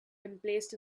emplaced